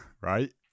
right